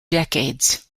decades